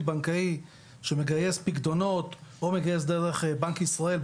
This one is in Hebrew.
בנקאי שמגייס פקדונות או מגייס דרך בנק ישראל,